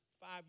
five